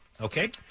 Okay